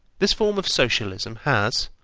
this form of socialism has,